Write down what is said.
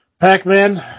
Pac-Man